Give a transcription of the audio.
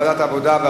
ועדת העבודה,